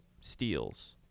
steals